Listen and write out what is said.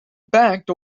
backed